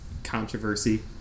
Controversy